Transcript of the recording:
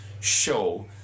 show